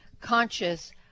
conscious